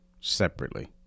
separately